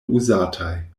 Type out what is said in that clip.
uzataj